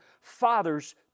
fathers